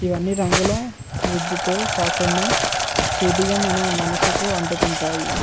ఇవన్నీ రంగుల వృద్ధతో కాకుండా సూటిగా మన మనసుకు అంటుకుంటాయి